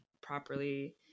properly